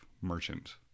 merchant